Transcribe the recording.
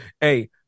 Hey